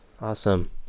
Awesome